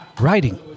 writing